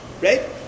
right